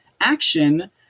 action